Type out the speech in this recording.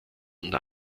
und